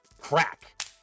crack